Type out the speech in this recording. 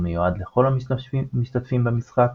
ומיועד לכל המשתתפים במשחק.